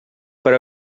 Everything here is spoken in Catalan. però